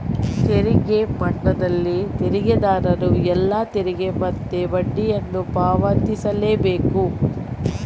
ತೆರಿಗೆ ಮನ್ನಾದಲ್ಲಿ ತೆರಿಗೆದಾರರು ಎಲ್ಲಾ ತೆರಿಗೆ ಮತ್ತೆ ಬಡ್ಡಿಯನ್ನ ಪಾವತಿಸ್ಲೇ ಬೇಕು